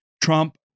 Trump